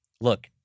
Look